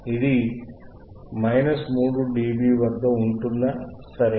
ఇది 3 dB వద్ద ఉంటుందా సరే